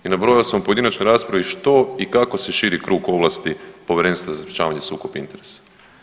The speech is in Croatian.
I nabrojao sam u pojedinačnoj raspravi što i kako se širi krug ovlasti Povjerenstva za sprječavanje sukoba interesa.